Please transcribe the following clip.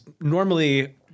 normally